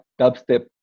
dubstep